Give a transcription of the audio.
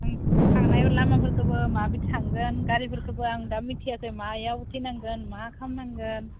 आं थांनाय लामाफोरखोबो माबायदि थांगोन गारिफोरखोबो आं दा मिथियाखै मायाव उथिनांगोन मा खालामनांगोन